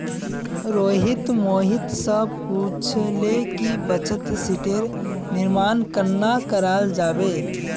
रोहित मोहित स पूछले कि बचत शीटेर निर्माण कन्ना कराल जाबे